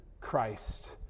Christ